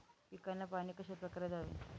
पिकांना पाणी कशाप्रकारे द्यावे?